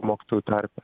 mokytojų tarpe